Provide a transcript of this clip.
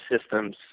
systems